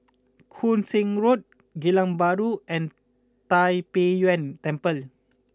Koon Seng Road Geylang Bahru and Tai Pei Yuen Temple